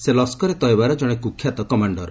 ସେ ଲସ୍କରେ ତୟବାର ଜଣେ କୁଖ୍ୟାତ କମାଣ୍ଡର